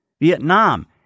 Vietnam